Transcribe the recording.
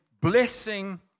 blessing